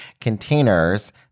containers